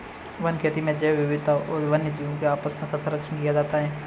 one खेती से जैव विविधता और वन्यजीवों के आवास का सरंक्षण किया जाता है